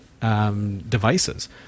devices